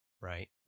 right